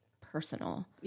personal